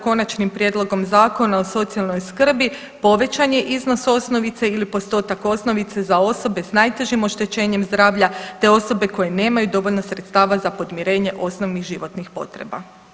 Konačnim prijedlogom Zakona o socijalnoj skrbi povećan je iznos osnovice ili postotak osnovice za osobe s najtežim oštećenjem zdravlja te osobe koje nemaju dovoljno sredstava za podmirenje osnovnim životnih potreba.